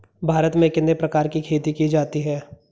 भारत में कितने प्रकार की खेती की जाती हैं?